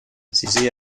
sizi